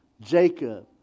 Jacob